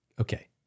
Okay